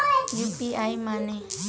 UPI माने?